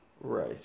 Right